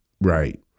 right